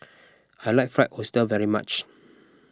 I like Fried Oyster very much